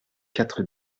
quatre